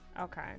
Okay